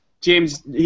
James